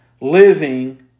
living